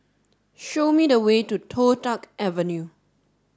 show me the way to Toh Tuck Avenue